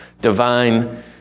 divine